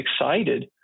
excited